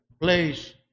place